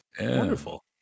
wonderful